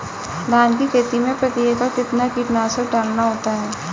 धान की खेती में प्रति एकड़ कितना कीटनाशक डालना होता है?